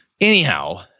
Anyhow